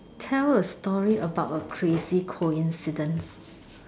tell a story about a crazy coincidence